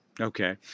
Okay